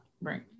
right